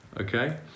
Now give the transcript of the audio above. okay